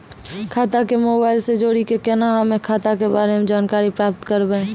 खाता के मोबाइल से जोड़ी के केना हम्मय खाता के बारे मे जानकारी प्राप्त करबे?